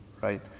right